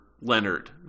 Leonard